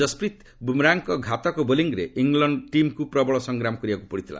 ଜସ୍ପିତ୍ ବୁମ୍ରାଙ୍କ ଘାତକ ବୋଲିଂରେ ଇଂଲଣ୍ଡ ଟିମ୍କୁ ପ୍ରବଳ ସଂଗ୍ରାମ କରିବାକୁ ପଡ଼ିଥିଲା